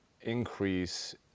increase